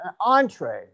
entree